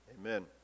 Amen